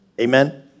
Amen